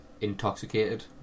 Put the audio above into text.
intoxicated